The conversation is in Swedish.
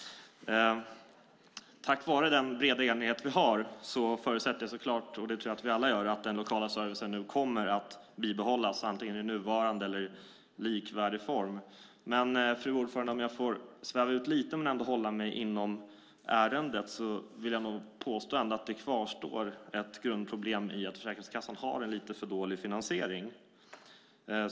Tack vare den breda enighet vi har förutsätter jag så klart, och det tror jag att vi alla gör, att den lokala servicen nu kommer att bibehållas, antingen i nuvarande eller i likvärdig form. Fru talman! Om jag får sväva ut lite men ändå hålla mig inom ärendet vill jag nog ändå påstå att det kvarstår ett grundproblem i att Försäkringskassan har en lite för dålig finansiering.